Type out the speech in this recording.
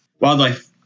Wildlife